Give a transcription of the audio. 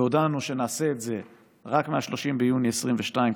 והודענו שנעשה את זה רק מ-30 ביוני 2022,